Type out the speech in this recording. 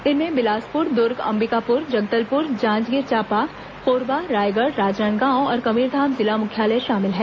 इनमें बिलासपुर दुर्ग अंबिकापुर जगदलपुर जांजगीर चांपा कोरबा रायगढ़ राजनांदगांव और कबीरधाम जिला मुख्यालय शामिल हैं